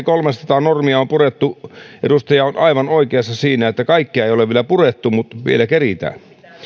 kolmesataa normia on purettu edustaja on aivan oikeassa siinä että kaikkea ei ole vielä purettu mutta vielä keritään